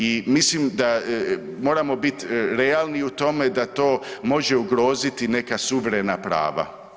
I mislim da moramo biti realni u tome da to može ugroziti neka suverena prava.